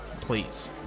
please